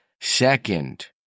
Second